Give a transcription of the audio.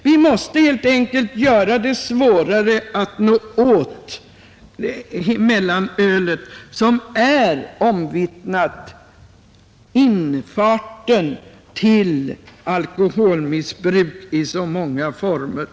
Vi måste helt enkelt göra det svårare att komma åt mellanölet, som omvittnat är infarten till alkoholmissbruk i många former.